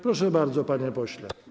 Proszę bardzo, panie pośle.